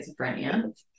schizophrenia